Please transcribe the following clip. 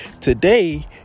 Today